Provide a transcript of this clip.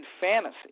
fantasy